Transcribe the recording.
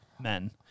men